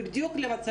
ובדיוק למצבים האלה.